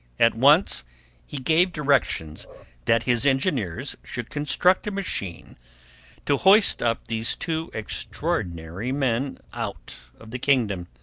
at once he gave directions that his engineers should construct a machine to hoist up these two extraordinary men out of the kingdom.